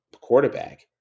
quarterback